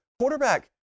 quarterback